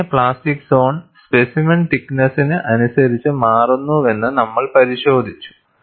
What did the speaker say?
എങ്ങനെ plastic zone specimen thickness അനുസരിച്ച് മാറുന്നുവെന്ന് നമ്മൾ പരിശോധിച്ചു